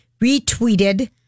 retweeted